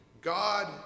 God